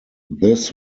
this